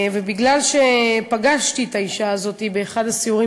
מכיוון שפגשתי את האישה הזאת באחד הסיורים